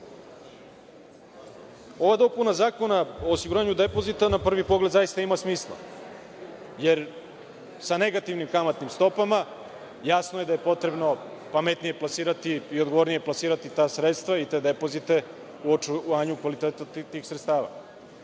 ova dopuna Zakona o osiguranju depozita na prvi pogled zaista ima smisla, jer sa negativnim kamatnim stopama jasno je da je potrebno pametnije plasirati i odgovornije plasirati ta sredstva i te depozite u očuvanju kvaliteta tih sredstava.